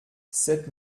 sept